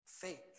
Faith